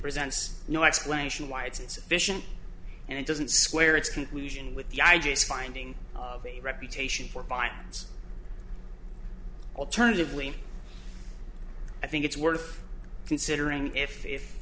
presents no explanation why it's insufficient and it doesn't square its conclusion with the i g is finding a reputation for violence alternatively i think it's worth considering if if